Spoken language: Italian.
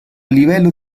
livello